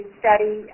study